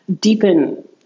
deepen